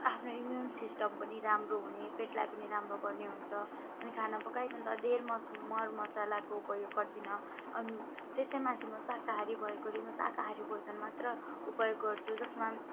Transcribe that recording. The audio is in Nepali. आफ्नो इम्युन सिस्टम पनि राम्रो हुने पेटलाई पनि राम्रो गर्ने हुन्छ अनि खाना पकाइभन्दा धेरै मर मर मसलाको उपयोग गर्दिन अनि त्यसै माथि म साकाहारी भएकोले म साकाहारी भोजन मात्र उपयोग गर्छु जसमा